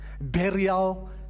burial